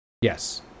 Yes